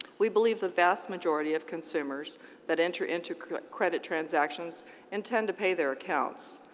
we believe the vast majority of consumers that enter into credit credit transactions intend to pay their accounts.